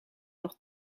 nog